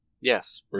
Yes